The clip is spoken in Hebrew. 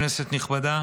כנסת נכבדה,